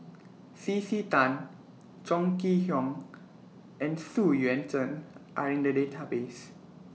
C C Tan Chong Kee Hiong and Xu Yuan Zhen Are in The Database